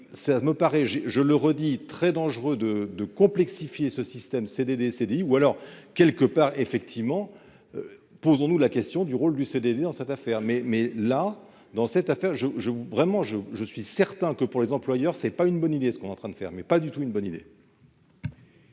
ça me paraît, je le redis très dangereux de de complexifier ce système CDD, CDI ou alors quelque part, effectivement : posons-nous la question du rôle du CDD dans cette affaire, mais, mais, là, dans cette affaire, je, je, vraiment je, je suis certain que pour les employeurs, c'est pas une bonne idée, ce qu'on est en train de faire mais pas du tout une bonne idée.